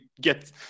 get